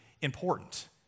important